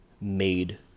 made